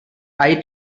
eye